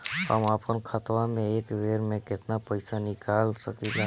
हम आपन खतवा से एक बेर मे केतना पईसा निकाल सकिला?